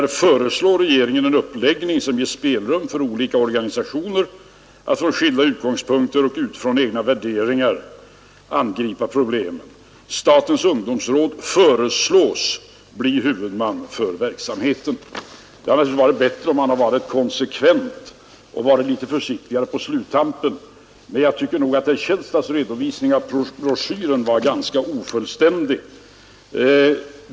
Sedan står det att regeringen föreslår en uppläggning som ger spelrum för olika organisationer att från skilda utgångspunkter och utifrån egna värderingar angripa problemen, och så sägs det att statens ungdomsråd föreslås bli huvudman för verksamheten. Det hade naturligtvis varit bättre, om man varit konsekvent och uttryckt sig litet försiktigare på sluttampen, men jag tycker nog att herr Källstads redovisning av broschyren var ganska ofullständig.